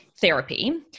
therapy